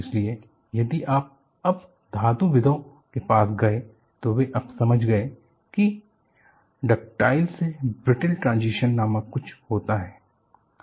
इसलिए यदि आप अब धातुविदों के पास गए तो वे अब समझ गए की डक्टाइल से ब्रिटल ट्रांजिशन नामक कुछ होता है